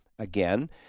Again